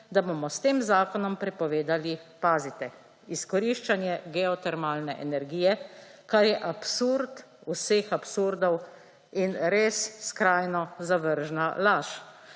da bomo s tem zakonom prepovedali, pazite, izkoriščanje geotermalne energije, kar je absurd vseh absurdov in res skrajno zavržna laž.